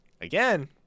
again